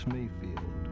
Mayfield